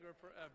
forever